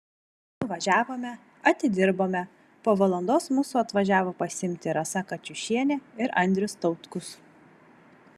nuvažiavome atidirbome po valandos mūsų atvažiavo pasiimti rasa kačiušienė ir andrius tautkus